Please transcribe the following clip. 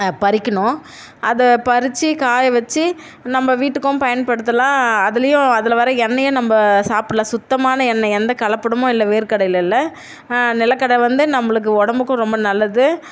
பறிக்கணும் அதை பறிச்சு காய வச்சு நம்ம வீட்டுக்கும் பயன்படுத்தலாம் அதுலேயும் அதில் வர எண்ணெய நம்ம சாப்பிடலாம் சுத்தமான எண்ணெய் எந்த கலப்படமும் இல்லை வேர்க்கடலையில நிலக்கடலை வந்து நம்மளுக்கு உடம்புக்கும் ரொம்ப நல்லது